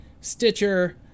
Stitcher